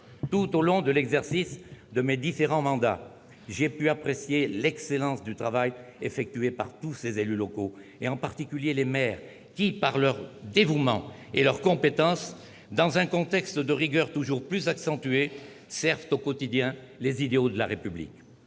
Tout au long de l'exercice de mes différents mandats, j'ai pu apprécier l'excellence du travail effectué par tous ces élus locaux, en particulier les maires, qui, par leur dévouement et leur compétence, dans un contexte de rigueur toujours plus accentué, servent au quotidien les idéaux de la République.